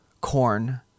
corn